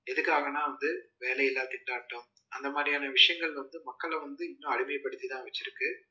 எதுக்காகனால் வந்து வேலையில்லா திண்டாட்டம் அந்தமாதிரியான விஷயங்கள் வந்து மக்களை வந்து இன்னும் அடிமைப்படுத்திதான் வச்சிருக்குது